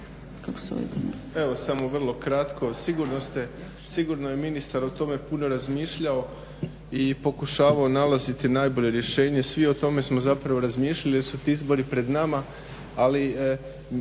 Evo samo vrlo kratko, sigurno je ministar o tome puno razmišljao i pokušavao nalaziti najbolje rješenje. Svi o tome smo zapravo razmišljali jer su ti izbori pred nama,